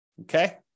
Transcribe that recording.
Okay